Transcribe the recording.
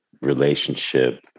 relationship